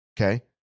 Okay